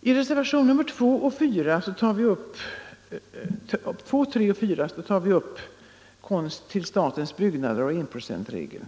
Reservationerna 2, 3 och 4 tar upp frågan om förvärv av konst till statens byggnader och enprocentsregeln.